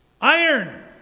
Iron